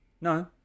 No